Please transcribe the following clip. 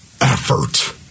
Effort